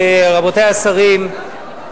רבותי השרים,